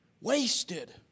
Wasted